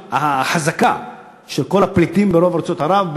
החזקה של כל הפליטים ברוב ארצות ערב,